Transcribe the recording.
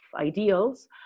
ideals